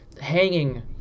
hanging